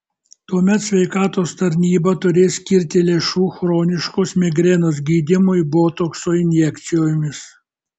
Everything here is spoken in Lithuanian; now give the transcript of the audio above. tuomet sveikatos tarnyba turės skirti lėšų chroniškos migrenos gydymui botokso injekcijomis